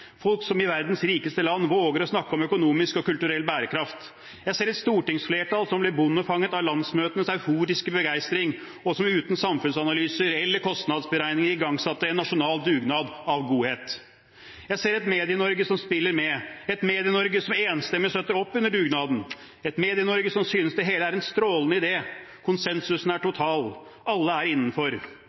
folk som i verdens rikeste land våger å snakke om økonomisk og kulturell bærekraft. Jeg ser et stortingsflertall som blir bondefanget av landsmøtenes euforiske begeistring, og som uten samfunnsanalyser eller kostnadsberegninger igangsatte en nasjonal dugnad av godhet. Jeg ser et Medie-Norge som spiller med, et Medie-Norge som enstemmig støtter opp under dugnaden, og som synes det er en strålende idé. Konsensusen er total, alle er innenfor.